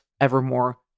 evermore